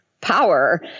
power